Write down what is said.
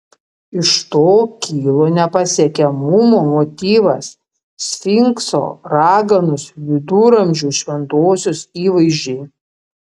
iš to kilo nepasiekiamumo motyvas sfinkso raganos viduramžių šventosios įvaizdžiai